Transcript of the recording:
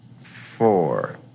four